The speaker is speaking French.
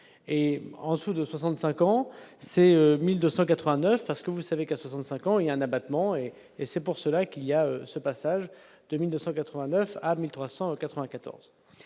est en dessous de 65 ans, c'est 1289 parce que vous savez qu'à 65 ans, il y a un abattement et et c'est pour cela qu'il y a ce passage de 1989 à 1394